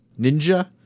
Ninja